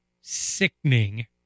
sickening